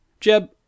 Jeb